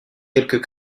quelques